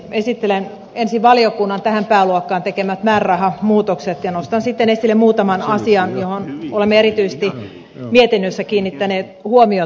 esittelen ensin valiokunnan tähän pääluokkaan tekemät määrärahamuutokset ja nostan sitten esille muutaman asian joihin olemme erityisesti mietinnössä kiinnittäneet huomiota